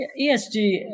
esg